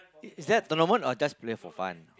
is that a tournament or just play for fun